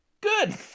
good